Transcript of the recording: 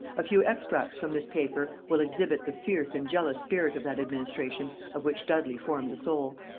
a few extracts from this paper will exhibit the fierce and jealous spirit of that administration of which dudley formed the soul.